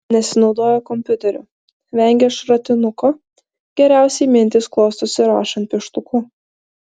nesinaudoja kompiuteriu vengia šratinuko geriausiai mintys klostosi rašant pieštuku